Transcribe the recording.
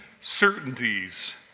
certainties